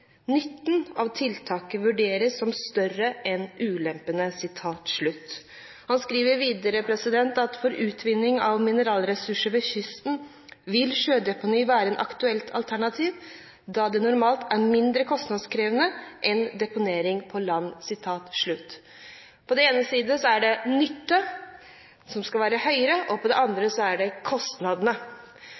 av tiltaket vurderes som større enn ulempene.» Han skriver videre: «For utvinning av mineralressurser ved kysten, vil sjødeponi være et aktuelt alternativ, da det normalt er mindre kostnadskrevende enn deponering på land.» På den ene siden skal nytte være høyere, og på den andre er det kostnadene.